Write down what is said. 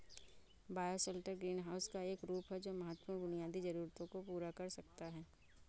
bioshelter greenhouse का एक रूप है जो महत्वपूर्ण बुनियादी जरूरतों को पूरा कर सकता है